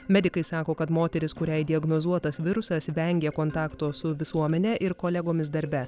medikai sako kad moteris kuriai diagnozuotas virusas vengė kontakto su visuomene ir kolegomis darbe